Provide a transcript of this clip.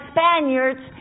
Spaniards